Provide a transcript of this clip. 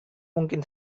mungkin